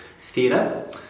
theatre